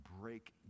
break